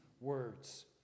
words